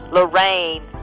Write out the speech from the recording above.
Lorraine